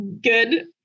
good